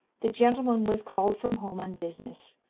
the gentleman was called from home on business,